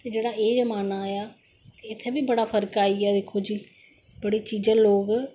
जेह्ड़ा एह् जमाना आया इत्थै बी बड़ा फर्क आई गेआ दिक्खो थुआढ़ी चीजां लोक